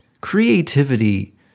Creativity